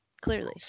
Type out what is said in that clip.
clearly